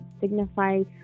signifies